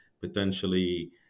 potentially